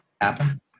happen